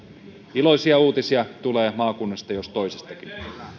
iloisia uutisia tulee maakunnasta jos toisestakin